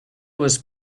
was